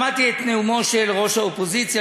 שמעתי את נאומו של ראש האופוזיציה,